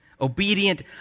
Obedient